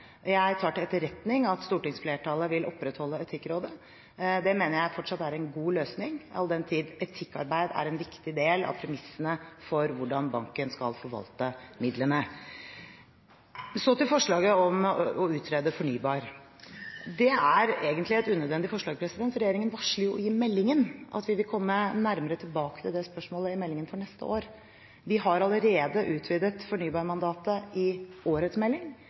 Jeg tar til etterretning at stortingsflertallet vil opprettholde Etikkrådet. Det mener jeg fortsatt er en god løsning, all den tid etikkarbeid er en viktig del av premissene for hvordan banken skal forvalte midlene. Så til forslaget om å utrede fornybar. Det er egentlig et unødvendig forslag, for regjeringen varsler jo i meldingen at vi vil komme nærmere tilbake til det spørsmålet i meldingen for neste år. Vi har allerede utredet fornybarmandatet i årets melding,